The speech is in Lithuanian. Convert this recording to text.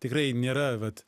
tikrai nėra vat